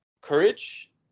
courage